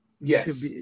yes